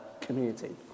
community